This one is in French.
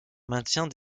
maintient